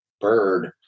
bird